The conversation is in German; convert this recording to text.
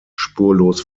spurlos